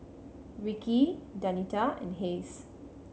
Rickie Danita and Hays